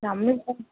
கம்மி பண்ணு